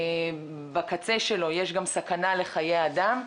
שבקצה שלו יש גם סכנה לחיי אדם.